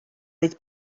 oedd